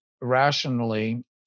rationally